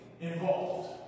involved